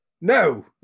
No